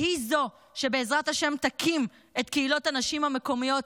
והיא זו שבעזרת השם תקים את קהילות הנשים המקומיות,